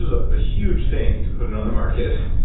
a huge thing to put it on the market,